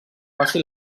faci